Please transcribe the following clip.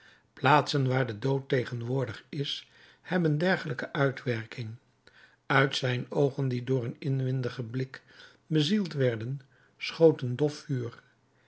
plaatsen waar de dood tegenwoordig is hebben dergelijke uitwerking uit zijn oogen die door een inwendigen blik bezield werden schoot een dof vuur